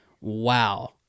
Wow